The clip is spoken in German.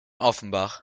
offenbach